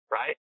right